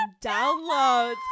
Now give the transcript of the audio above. downloads